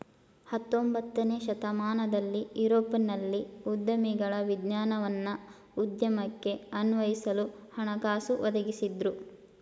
ಹತೊಂಬತ್ತನೇ ಶತಮಾನದಲ್ಲಿ ಯುರೋಪ್ನಲ್ಲಿ ಉದ್ಯಮಿಗಳ ವಿಜ್ಞಾನವನ್ನ ಉದ್ಯಮಕ್ಕೆ ಅನ್ವಯಿಸಲು ಹಣಕಾಸು ಒದಗಿಸಿದ್ದ್ರು